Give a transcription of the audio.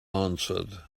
answered